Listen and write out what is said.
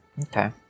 Okay